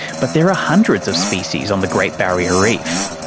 but there are hundreds of species on the great barrier reef.